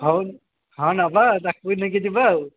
ହଉ ହଁ ନେବା ତାକୁ ବି ନେଇକି ଯିବା ଆଉ